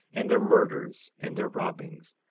and their murders, and their robbings,